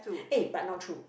eh but not true